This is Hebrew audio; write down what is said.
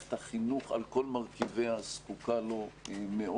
שמערכת החינוך על כל מרכיביה זקוקה לו מאוד,